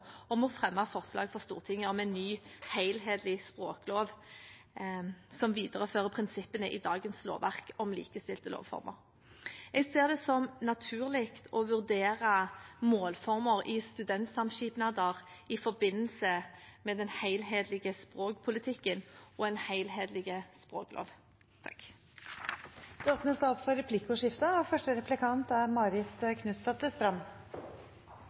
om å fremme forslag for Stortinget om en ny, helhetlig språklov som viderefører prinsippene i dagens lovverk om likestilte målformer. Jeg ser det som naturlig å vurdere målformer i studentsamskipnader i forbindelse med den helhetlige språkpolitikken og en helhetlig språklov. Det blir replikkordskifte.